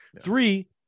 Three